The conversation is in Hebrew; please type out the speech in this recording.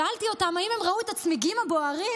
שאלתי אותם אם הם ראו את הצמיגים הבוערים,